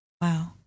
Wow